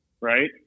right